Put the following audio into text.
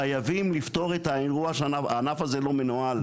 חייבים לפתור את הנושא הזה של הענף שלא מנוהל.